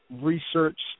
research